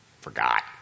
Forgot